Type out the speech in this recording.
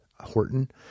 Horton